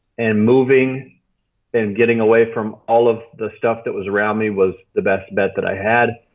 and moving and getting away from all of the stuff that was around me, was the best bet that i had.